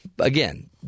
Again